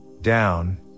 down